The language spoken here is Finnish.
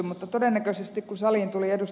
mutta todennäköisesti kun saliin tuli ed